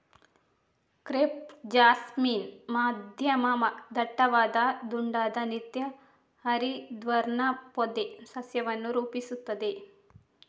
crepe jasmine ಮಧ್ಯಮ ದಟ್ಟವಾದ ದುಂಡಾದ ನಿತ್ಯ ಹರಿದ್ವರ್ಣ ಪೊದೆ ಸಸ್ಯವನ್ನು ರೂಪಿಸುತ್ತದೆ